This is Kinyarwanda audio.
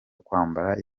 kwambara